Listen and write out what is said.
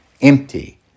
empty